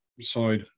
side